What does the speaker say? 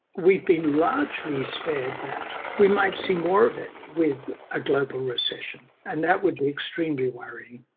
we've been largely spared that. we might see more of it with a global recession, and that would be extremely worrying.